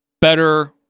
better